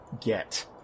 get